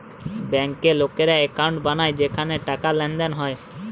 বেঙ্কে লোকেরা একাউন্ট বানায় যেখানে টাকার লেনদেন হয়